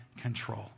control